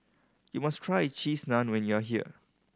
you must try Cheese Naan when you are here